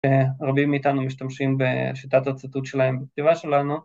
רבים מאיתנו משתמשים בשיטת הציטוט שלהם בכתיבה שלנו.